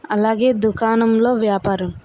అలాగే దుకాణంలో వ్యాపారం